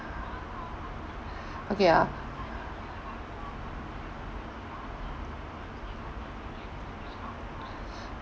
okay ah